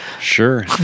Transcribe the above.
Sure